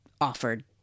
offered